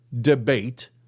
debate